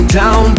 down